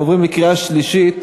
אנחנו עוברים לקריאה שלישית.